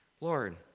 Lord